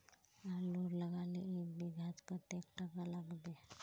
आलूर लगाले एक बिघात कतेक टका लागबे?